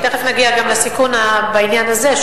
תיכף נגיע גם לסיכון בעניין הזה,